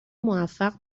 موفق